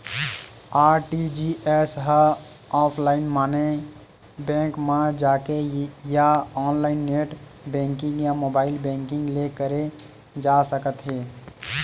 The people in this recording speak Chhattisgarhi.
आर.टी.जी.एस ह ऑफलाईन माने बेंक म जाके या ऑनलाईन नेट बेंकिंग या मोबाईल बेंकिंग ले करे जा सकत हे